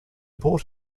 port